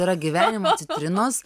yra gyvenimo citrinos